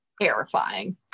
terrifying